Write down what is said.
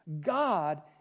God